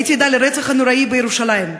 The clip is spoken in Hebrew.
הייתי עדה לרצח הנורא בירושלים.